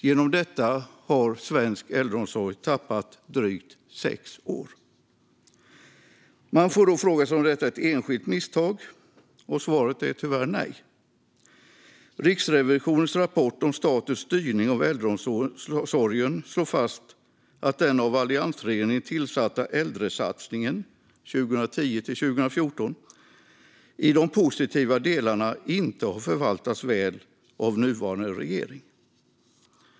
Genom detta har svensk äldreomsorg tappat drygt sex år. Man får då fråga sig om detta är ett enskilt misstag. Svaret är tyvärr nej. I Riksrevisionens rapport om statens styrning av äldreomsorgen slås fast att den av alliansregeringen tillsatta äldresatsningen 2010-2014 i de positiva delarna inte har förvaltats väl av nuvarande regering.